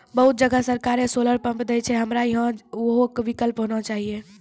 बहुत जगह सरकारे सोलर पम्प देय छैय, हमरा यहाँ उहो विकल्प होना चाहिए?